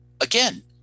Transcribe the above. again